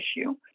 issue